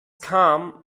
kam